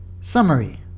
summary